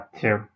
two